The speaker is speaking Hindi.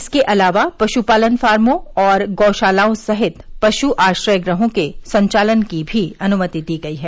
इसके अलावा पशुपालन फार्मो और गौशालाओं सहित पशु आश्रयगृहों के संचालन की भी अनुमति दी गई है